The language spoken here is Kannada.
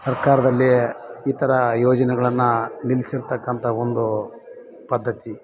ಸರ್ಕಾರದಲ್ಲಿ ಈ ಥರ ಯೋಜನೆಗಳನ್ನು ನಿಲ್ಲಿಸಿರ್ತಕ್ಕಂಥ ಒಂದು ಪದ್ಧತಿ